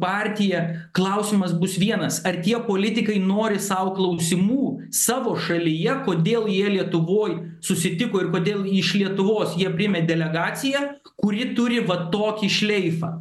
partija klausimas bus vienas ar tie politikai nori sau klausimų savo šalyje kodėl jie lietuvoj susitiko ir kodėl iš lietuvos jie priėmė delegaciją kuri turi va tokį šleifą